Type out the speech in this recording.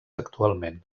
actualment